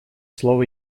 слово